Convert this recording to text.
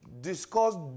discussed